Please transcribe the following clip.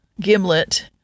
gimlet